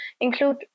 include